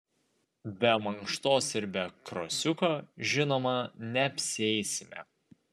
be mankštos ir be krosiuko žinoma neapsieisime